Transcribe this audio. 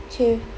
K